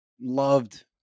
loved